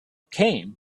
came